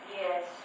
Yes